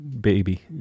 baby